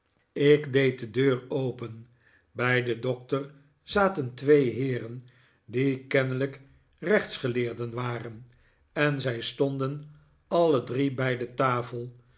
ik deed de deur open bij den doctor zaten twee heeren die kennelijk rechtsgeleerden waren en zij stonden alle drie bij de tafel